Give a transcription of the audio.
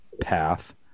path